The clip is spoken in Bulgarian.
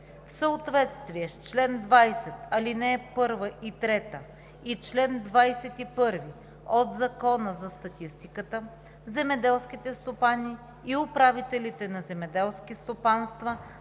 В съответствие с чл. 20, ал. 1 и 3 и чл. 21 от Закона за статистиката земеделските стопани и управителите на земеделски стопанства